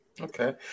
Okay